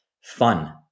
fun